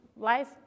life